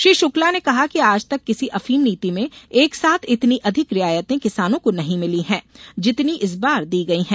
श्री शुक्ला ने कहा कि आज तक किसी अफीम नीति में एक साथ इतनी अधिक रियायतें किसानों को नहीं मिली है जितनी इस बार दी गयी है